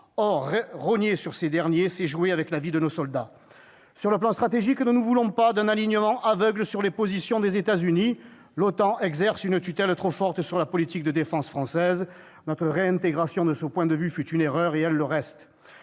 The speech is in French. Or rogner sur ces derniers, c'est jouer avec la vie de nos soldats. Sur le plan stratégique, nous ne voulons pas d'un alignement aveugle sur les positions des États-Unis. L'OTAN exerce une tutelle trop forte sur la politique de défense française. De ce point de vue, notre réintégration fut une erreur, et elle le reste.